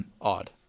odd